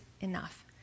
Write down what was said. enough